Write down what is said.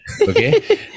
okay